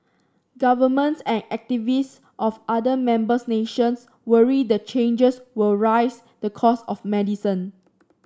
governments and activists of other members nations worry the changes will rise the cost of medicine